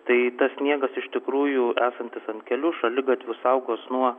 tai tas sniegas iš tikrųjų esantis ant kelių šaligatvių saugos nuo